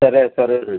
సరే సరేలే